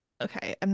Okay